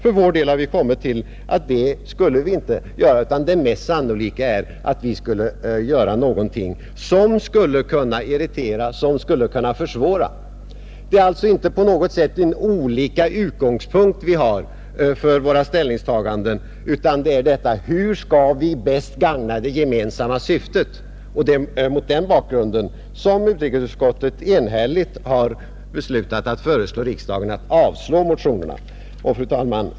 För vår del har vi kommit till att det inte skulle bli fallet utan att det mest sannolika är att man gör någonting som skulle kunna irritera och försvåra, Vi har alltså inte olika utgångspunkt för våra ställningstaganden, utan frågan gäller bara hur man bäst skall kunna gagna det gemensamma syftet. Det är .zot den bakgrunden utrikesutskottet enhälligt beslutat föreslå riksdagen att avslå motionerna. Fru talman!